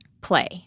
play